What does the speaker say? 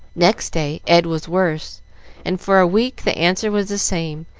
next day ed was worse, and for a week the answer was the same,